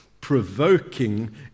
provoking